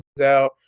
out